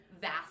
vast